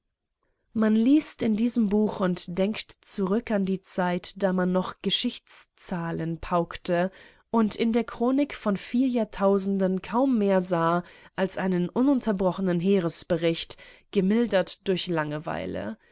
man liest in dem buch und denkt zurück an die zeit da man noch geschichtszahlen paukte und in der chronik von vier jahrtausenden kaum mehr sah als einen ununterbrochenen heeresbericht gemildert durch langeweile